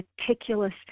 meticulous